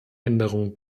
änderung